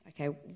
Okay